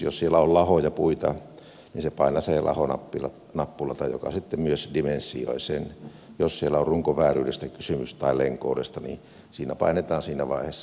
jos siellä on lahoja puita niin hän painaa sitä laho nappulaa ja tämä sitten myös dimensioi sen ja jos siellä on runkovääryydestä tai lenkoudesta kysymys niin sitä nappulaa painetaan siinä vaiheessa